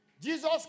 Jesus